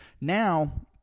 Now